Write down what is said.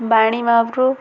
ବାଣୀ ମହାପୁରୁ